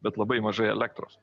bet labai mažai elektros